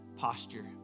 posture